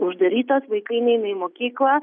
uždarytos vaikai neina į mokyklą